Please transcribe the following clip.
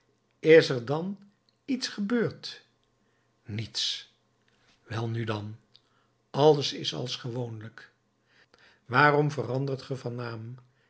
is er dan iets gebeurd niets welnu dan alles is als gewoonlijk waarom verandert ge